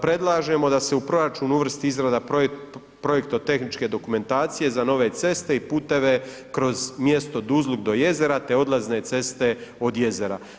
Predlažemo da se u proračunu uvrsti izrada projekta i tehničke dokumentacije za nove ceste i puteve kroz mjesto Duzluk do jezera te odlazne ceste od jezera.